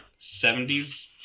70s